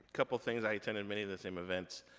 couple things, i attended many of the same events.